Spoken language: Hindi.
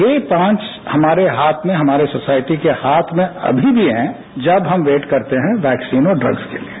यह पांच हमारे हाथ में हमारे सोसायटी के हाथ में अभी भी हैं जब हम वेट करते हैं वैक्सीन और ड्रग्स के लिये